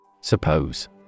Suppose